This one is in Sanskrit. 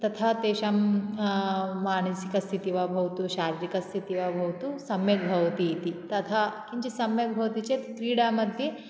तथा तेषां मानसिकस्थितिः वा भवतु शारीरिकस्थितिः वा भवतु सम्यक् भवति इति तथा किञ्चित् सम्यक भवति चेत् क्रीडामध्ये